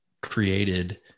created